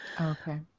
okay